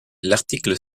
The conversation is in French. l’article